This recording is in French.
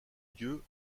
dieu